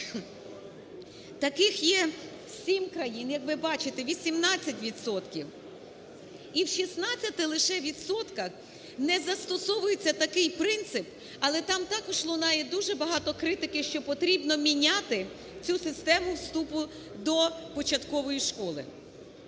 Таких є 7 країн, як ви бачите, 18 відсотків. І в 16 лише відсотках не застосовується такий принцип, але там також лунає дуже багато критики, що потрібно міняти цю систему вступу до початкової школи.